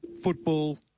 football